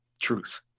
truth